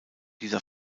dieser